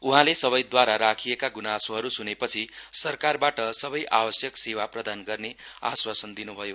उहाँले सबैद्वारा राखिएका गुनासोहरू सुनेपछि सरकारबाट सबै आवश्यक सेवा प्रदान गर्ने आश्वासन दिन्भयो